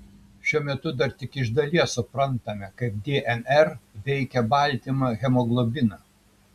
šiuo metu dar tik iš dalies suprantame kaip dnr veikia baltymą hemoglobiną